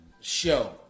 show